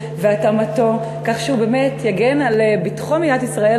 והתאמתו כך שהוא באמת יגן על ביטחון מדינת ישראל